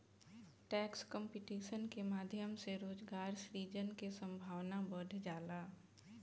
tax competition के माध्यम से रोजगार सृजन के संभावना बढ़ जाला